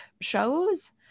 shows